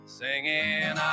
singing